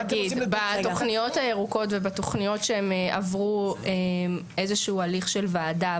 בתוכניות הירוקות ובתוכניות שהן עברו איזשהו הליך של ועדה,